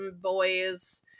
boys